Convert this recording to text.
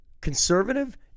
conservative